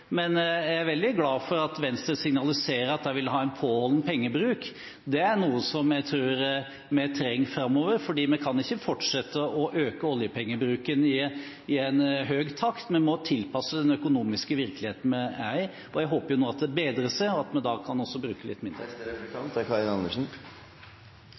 men jeg er veldig glad for at Venstre signaliserer at de vil ha en påholden pengebruk. Det er noe jeg tror vi trenger framover, for vi kan ikke fortsette å øke oljepengebruken i en høy takt, vi må tilpasse oss den økonomiske virkeligheten vi er i, og jeg håper nå at det bedrer seg, og at vi da også kan bruke litt